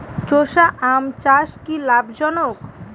চোষা আম চাষ কি লাভজনক?